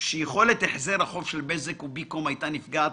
שיכולת החזר החוב של בזק ובי-קום הייתה נפגעת